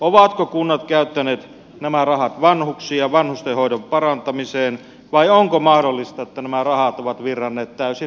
ovatko kunnat käyttäneet nämä rahat vanhuksiin ja vanhusten hoidon parantamiseen vai onko mahdollista että nämä rahat ovat virranneet täysin muihin kohteisiin